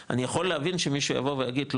אני יכול להבין שמישהו יבוא ויגיד לא,